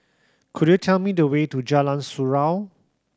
could you tell me the way to Jalan Surau